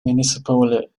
municipal